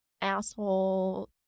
asshole